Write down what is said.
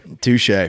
touche